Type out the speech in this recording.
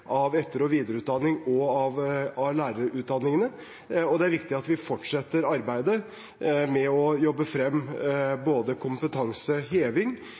både etter- og videreutdanningen og lærerutdanningene, og det er viktig at vi fortsetter arbeidet med å jobbe frem kompetanseheving